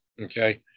Okay